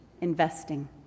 investing